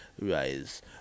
Rise